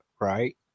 right